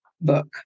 book